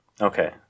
Okay